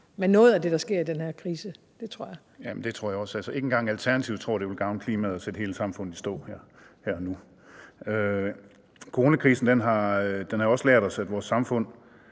Torsten Gejl (ALT): Det tror jeg også. Ikke engang Alternativet tror, at det vil gavne klimaet at sætte hele samfundet i stå her og nu. Coronakrisen har også lært os, at vores samfund